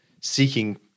seeking